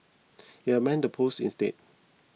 he amended the post instead